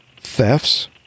thefts